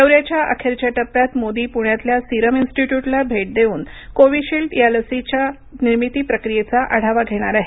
दौऱ्याच्या अखेरच्या टप्प्यात मोदी पुण्यातल्या सीरम इंस्टीट्यूटला भेट देऊन कोविशील्ड या लसीच्या निर्मिती प्रक्रियेचा आढावा घेणार आहेत